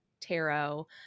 tarot